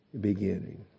beginning